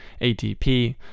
ATP